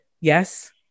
Yes